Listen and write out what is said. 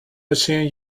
machine